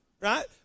Right